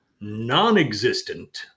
non-existent